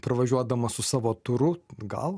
pravažiuodamas su savo turu gal